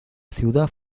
ciudad